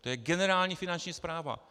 To je generální finanční správa.